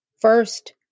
First